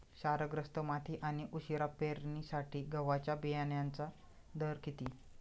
क्षारग्रस्त माती आणि उशिरा पेरणीसाठी गव्हाच्या बियाण्यांचा दर किती?